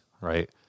right